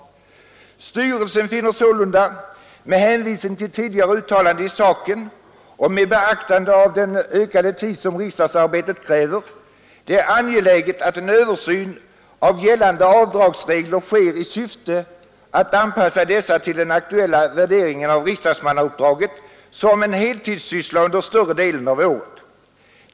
Styrelsen finner sålunda — med hänvisning till tidigare uttalanden i saken och med beaktande av den ökade tid som riksdagsarbetet kräver — det angeläget att en översyn av gällande avdragsregler sker i syfte att anpassa dessa till den aktuella värderingen av riksdagsmannauppdraget som en heltidssyssla under större delen av året.